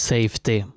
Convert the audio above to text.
Safety